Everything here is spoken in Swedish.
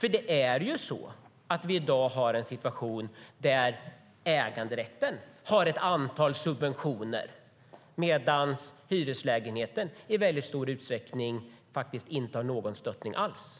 I dag har vi en situation där äganderätten har ett antal subventioner medan hyreslägenheten i stor utsträckning inte har någon stöttning alls.